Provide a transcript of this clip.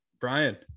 Brian